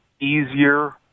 easier